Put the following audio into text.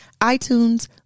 iTunes